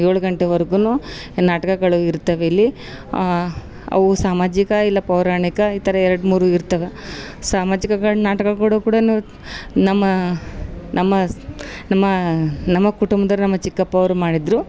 ಏಳು ಗಂಟೆವರ್ಗು ನಾಟಕಗಳು ಇರ್ತವೆ ಇಲ್ಲಿ ಅವು ಸಾಮಾಜಿಕ ಇಲ್ಲ ಪೌರಾಣಿಕ ಈ ಥರ ಎರಡು ಮೂರು ಇರ್ತವೆ ಸಾಮಾಜಿಕಗಳು ನಾಟಕ ಕೂಡ ನಮ್ಮ ನಮ್ಮಸ್ ನಮ್ಮ ನಮ್ಮ ಕುಟುಂಬ್ದೋರು ನಮ್ಮ ಚಿಕ್ಕಪ್ಪವ್ರು ಮಾಡಿದರು